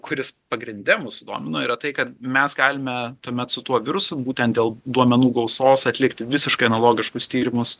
kuris pagrinde mus sudomino yra tai kad mes galime tuomet su tuo virusu būtent dėl duomenų gausos atlikti visiškai analogiškus tyrimus